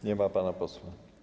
Nie ma pana posła.